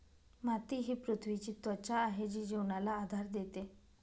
माती ही पृथ्वीची त्वचा आहे जी जीवनाला आधार देते